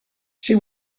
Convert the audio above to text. she